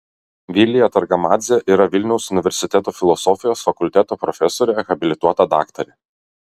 vilija targamadzė yra vilniaus universiteto filosofijos fakulteto profesorė habilituota daktarė